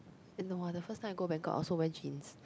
in the !wah! the first time I go Bangkok I also wear jeans